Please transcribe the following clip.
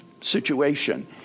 situation